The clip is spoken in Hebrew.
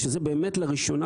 שזה לראשונה